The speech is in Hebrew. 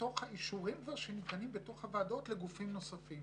מתוך האישורים שניתנים בתוך הוועדות לגופים נוספים.